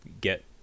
get